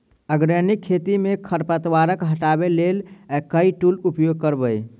Organic खेती मे खरपतवार हटाबै लेल केँ टूल उपयोग करबै?